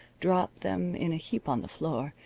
drop them in a heap on the floor,